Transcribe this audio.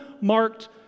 marked